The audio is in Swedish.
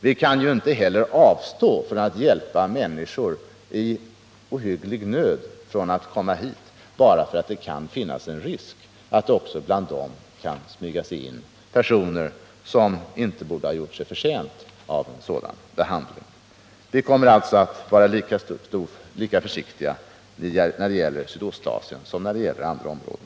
Vi kan ju inte avstå från att hjälpa människor i ohygglig nöd och inte låta dem komma hit bara därför att det kan finnas en risk för att det bland dem kan smyga sig in personer som inte gjort sig förtjänta av en sådan behandling. Vi kommer alltså att vara lika försiktiga när det gäller Sydostasien som när det gäller andra områden.